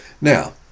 Now